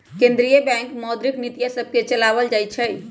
केंद्रीय बैंक मौद्रिक नीतिय सभके चलाबइ छइ